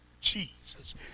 Jesus